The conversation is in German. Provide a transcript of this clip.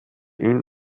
ihn